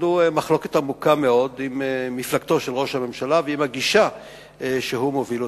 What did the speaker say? מחלוקת עמוקה מאוד עם מפלגתו של ראש הממשלה ועם הגישה שהוא מוביל.